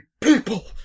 people